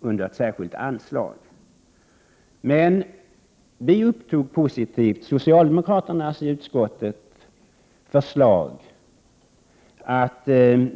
under ett särskilt anslag. Vi uppfattade det förslag som socialdemokraterna i utskottet lade fram som positivt.